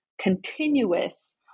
continuous